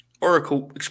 Oracle